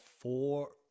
four